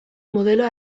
modelo